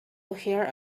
hear